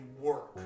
work